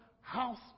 house